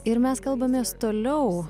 ir mes kalbamės toliau